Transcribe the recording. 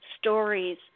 stories